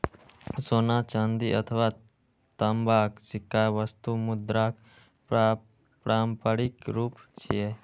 सोना, चांदी अथवा तांबाक सिक्का वस्तु मुद्राक पारंपरिक रूप छियै